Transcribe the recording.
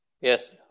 Yes